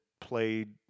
played